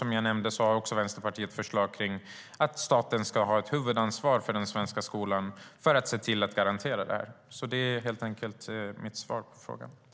Som jag nämnde tidigare föreslår Vänsterpartiet dessutom att staten ska ha huvudansvaret för den svenska skolan för att garantera detta.